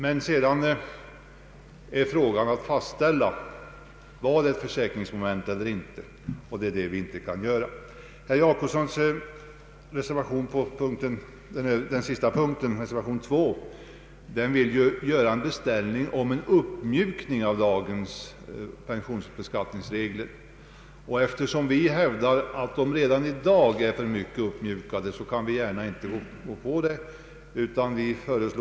Men sedan gäller det att fastställa vad som skall anses vara ett försäkringsmoment eller inte, och det är den definitionen vi inte kan göra. I reservation 2 vill herr Gösta Jacobsson göra en beställning på uppmjukning av dagens pensionsbeskattningsregler. Eftersom vi hävdar att de redan nu är alltför uppmjukade, kan vi inte gå med på en sådan beställning.